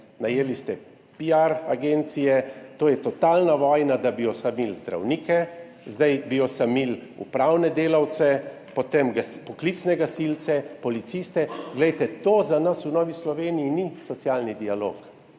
Najeli ste piar agencije, to je totalna vojna, da bi osamili zdravnike, zdaj bi osamili upravne delavce, potem poklicne gasilce, policiste. Glejte, to za nas v Novi Sloveniji ni socialni dialog,